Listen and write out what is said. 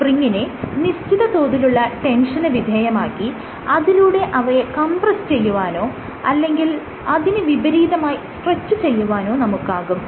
സ്പ്രിങ്ങിനെ നിശ്ചിത തോതിലുള്ള ടെൻഷന് വിധേയമാക്കി അതിലൂടെ അവയെ കംപ്രസ് ചെയ്യുവാനോ അല്ലെങ്കിൽ അതിന് വിപരീതമായി സ്ട്രെച് ചെയ്യുവാനോ നമുക്കാകും